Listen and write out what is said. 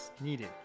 needed